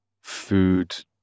food